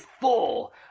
full